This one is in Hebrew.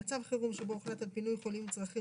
במצב חירום שבו הוחלט על פינוי חולים עם צרכים